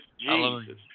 Jesus